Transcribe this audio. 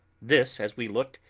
this, as we looked,